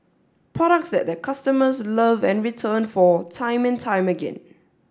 products that their customers love and return for time and time again